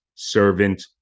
servant